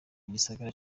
gisagara